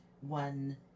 one